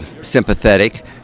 sympathetic